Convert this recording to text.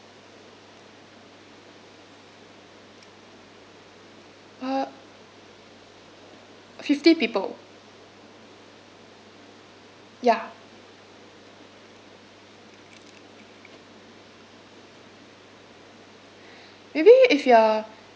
uh fifty people ya maybe if you are